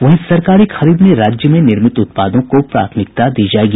वहीं सरकारी खरीद में राज्य में निर्मित उत्पादों को प्राथमिकता दी जायेगी